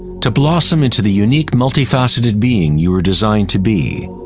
to blossom into the unique multi-faceted being you were designed to be.